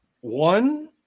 One